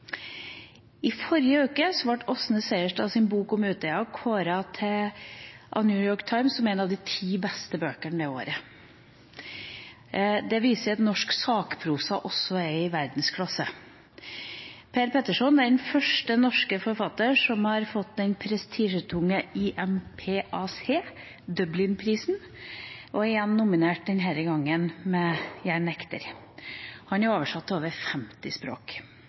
I forrige uke ble Åsne Seierstads bok om Utøya kåret av New York Times til en av de ti beste bøkene i år. Det viser at norsk sakprosa er i verdensklasse. Per Petterson er den første norske forfatter som har fått den prestisjetunge IMPAC, Dublin-prisen, og han er igjen nominert, denne gangen med «Jeg nekter». Han er oversatt til over 50 språk.